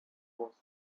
was